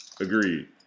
Agreed